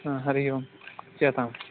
हा हरिः ओम् उच्यताम्